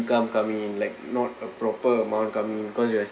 income coming in like not a proper amount coming in cause you're